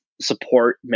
support